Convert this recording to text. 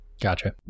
gotcha